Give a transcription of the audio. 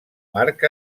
marc